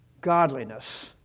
Godliness